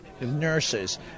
nurses